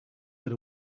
said